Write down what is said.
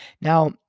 Now